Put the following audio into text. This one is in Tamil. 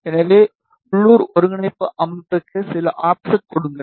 எனவே உள்ளூர் ஒருங்கிணைப்பு அமைப்புக்கு சில ஆஃப்செட் கொடுங்கள்